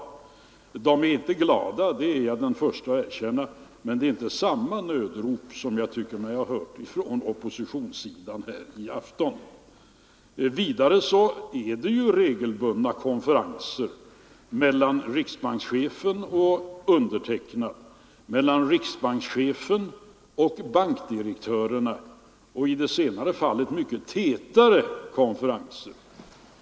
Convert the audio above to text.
Bankerna är inte glada — det är jag den förste att erkänna — men det är inte samma nödrop som jag tycker mig ha hört från oppositionssidan här i afton. Vidare är det ju regelbundna konferenser mellan riksbankschefen och mig och mellan riksbankschefen och bankdirektörerna — i det senare fallet mycket tätare konferenser.